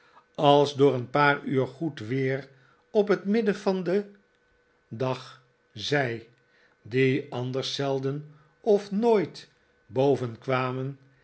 als door een paar uur goed weer op het midden van den dag zij die anders zelden of nooit